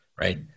right